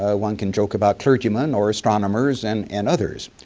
ah one can joke about clergyman or astronomers and and others.